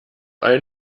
ein